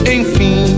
Enfim